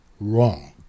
wrong